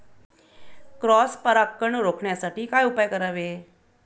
Cross परागकण रोखण्यासाठी काय उपाय करावे?